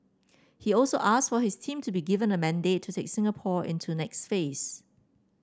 he also asked for his team to be given a mandate to take Singapore into next phase